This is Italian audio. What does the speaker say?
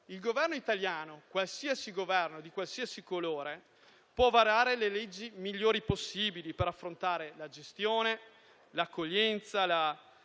Il Governo italiano, qualsiasi Governo, di qualsiasi colore, può varare le leggi migliori possibili per affrontare la gestione, l'accoglienza